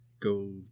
go